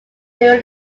during